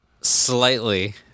Slightly